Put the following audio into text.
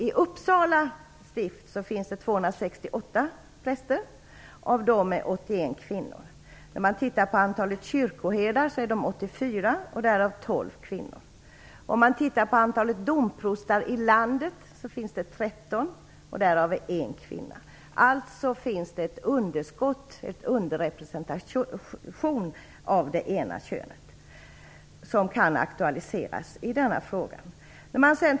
I Uppsala stift finns det 268 präster, av vilka 81 är kvinnor. Antalet kyrkoherdar är 84, varav 12 är kvinnor. Antalet domprostar i landet är 13, varav 1 är kvinna. Det ena könet är alltså underrepresenterat, och det kan aktualiseras i denna fråga.